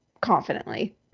confidently